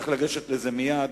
צריך לגשת לזה מייד,